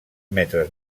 metres